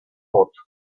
hots